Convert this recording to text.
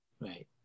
Right